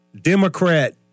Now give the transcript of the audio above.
Democrat